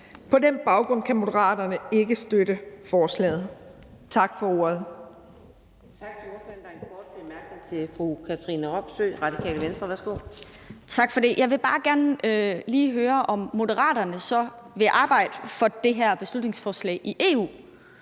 På den baggrund kan Moderaterne ikke støtte forslaget.